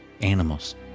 animals